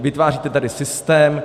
Vytváříte tady systém.